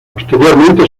posteriormente